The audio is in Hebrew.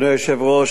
אדוני היושב-ראש,